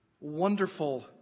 wonderful